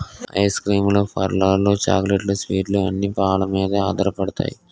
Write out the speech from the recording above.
ice cream లు పార్లర్లు చాక్లెట్లు స్వీట్లు అన్ని పాలమీదే ఆధారపడతాయి